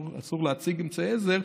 אסור להציג אמצעי עזר,